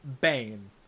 Bane